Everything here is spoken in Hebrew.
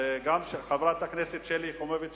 גם חברת הכנסת שלי יחימוביץ,